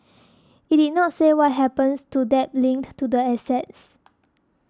it did not say what happens to debt linked to the assets